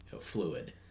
fluid